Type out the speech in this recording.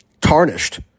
tarnished